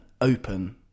open